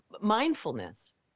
mindfulness